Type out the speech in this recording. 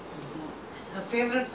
winnie ah ஆமா:aamaa